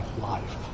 life